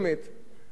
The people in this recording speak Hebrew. אדוני היושב-ראש,